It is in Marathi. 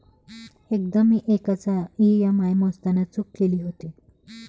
एकदा मी एकाचा ई.एम.आय मोजताना चूक केली होती